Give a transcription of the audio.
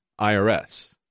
IRS